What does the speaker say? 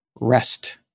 Rest